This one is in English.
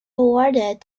awarded